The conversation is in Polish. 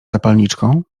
zapalniczką